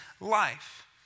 life